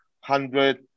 hundred